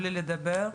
בלי לדבר,